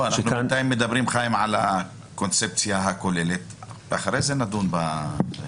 אנחנו מדברים על הקונספציה הכוללת ואחר כך נדון ביחיד.